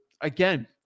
again